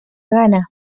gana